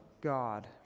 God